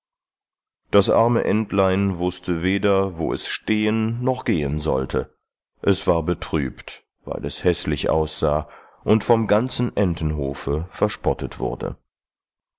das arme entlein wußte weder wo es stehen noch gehen sollte es war betrübt weil es häßlich aussah und vom ganzen entenhofe verspottet wurde